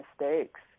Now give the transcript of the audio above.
mistakes